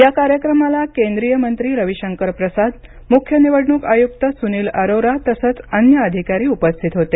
या कार्यक्रमाला केंद्रिय मंत्री रवीशंकर प्रसाद मुख्य निवडणूक आयुक्त सुनील अरोरा तसंच अन्य अधिकारी उपस्थित होते